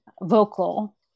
vocal